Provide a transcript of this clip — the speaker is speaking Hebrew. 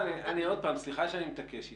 סליחה שאני מתעקש איתך.